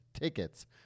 tickets